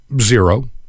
Zero